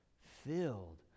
filled